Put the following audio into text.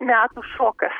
metų šokas